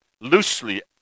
loosely